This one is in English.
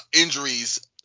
injuries